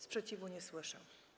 Sprzeciwu nie słyszę.